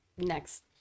Next